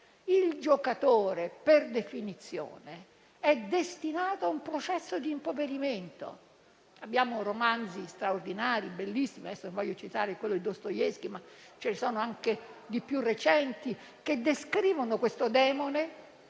Il giocatore, per definizione, è destinato a un processo di impoverimento. Abbiamo romanzi straordinari e bellissimi (non voglio citare ora quello di Dostoevskij, ma ce ne sono anche di più recenti) che descrivono questo demone,